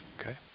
Okay